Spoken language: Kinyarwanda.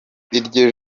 iryo